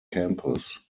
campus